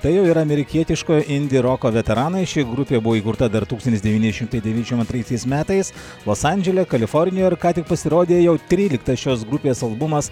tai jau yra amerikietiškojo indi roko veteranai ši grupė buvo įkurta dar tūkstantis devyni šimtai devyniasdešim antraisiais metais los andžele kalifornijoj ir ką tik pasirodė jau tryliktas šios grupės albumas